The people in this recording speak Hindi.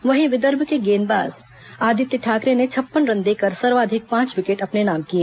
वहीं विदर्भ के गेंदबाज आदित्य ठाकरे ने छप्पन रन देकर सर्वाधिक पांच विकेट अपने नाम किए